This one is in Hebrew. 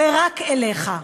ורק אליך,